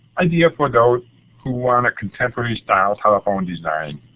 ideal for those who want a contemporary style telephone design.